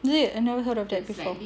is it I never heard of that before